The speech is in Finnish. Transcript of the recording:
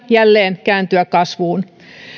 jälleen kääntyä kasvuun